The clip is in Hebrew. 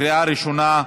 בקריאה ראשונה.